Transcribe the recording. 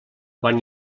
quan